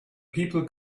people